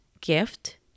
gift